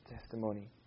testimony